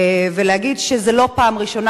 ולהגיד שזו לא פעם ראשונה,